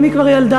אם היא כבר ילדה,